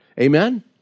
Amen